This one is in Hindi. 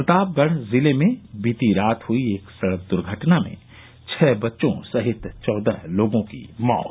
प्रतापगढ़ जिले में बीती रात हुई एक सड़क दुर्घटना में छः बच्चों सहित चौदह लोगों की मौत